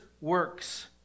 works